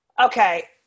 Okay